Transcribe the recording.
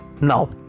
Now